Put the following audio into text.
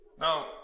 Now